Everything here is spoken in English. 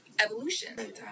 Evolution